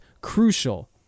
crucial